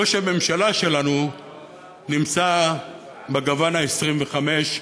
ראש הממשלה שלנו נמצא בגוון ה-25.